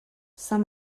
sans